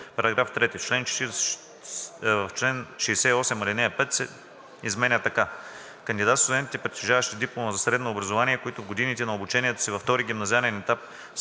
§ 3: „§ 3. В чл. 68 ал. 5 се изменя така: „(5) Кандидат-студентите, притежаващи диплома за средно образование, които в годините на обучението си във втори гимназиален етап са